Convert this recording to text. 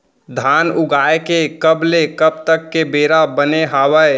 धान उगाए के कब ले कब तक के बेरा बने हावय?